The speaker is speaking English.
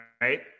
right